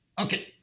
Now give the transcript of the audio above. Okay